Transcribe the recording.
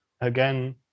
Again